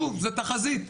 שוב, זה תחזית.